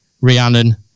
Rhiannon